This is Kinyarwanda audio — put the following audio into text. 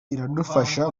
iradufasha